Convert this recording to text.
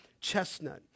Chestnut